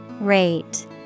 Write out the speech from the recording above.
rate